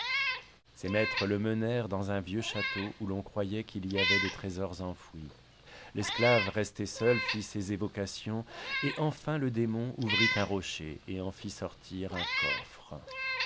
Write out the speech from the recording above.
ses maîtres le menèrent dans un vieux château où l'on croyait qu'il y avait des trésors enfouis l'esclave resté seul fit ses évocations et enfin le démon ouvrit un rocher et en fit sortir un coffre